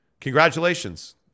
congratulations